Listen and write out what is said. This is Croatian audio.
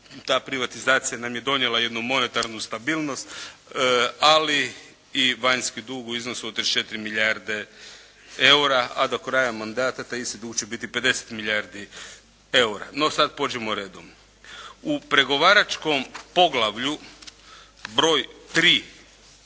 ta privatizacija nam je donijela jednu monetarnu stabilnost, ali vanjski dug u iznosu od 34 milijarde eura a do kraja mandata taj isti dug će biti 50 milijardi eura. No, sada pođimo redom. U pregovaračkom poglavlju, broj tri